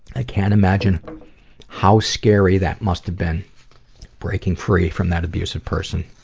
i can't imagine how scary that must have been breaking free from that abusive person.